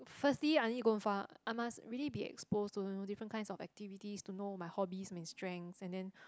firstly I need to go find I must really be explored to different kinds of activities to know my hobbies my strength and then